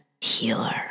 healer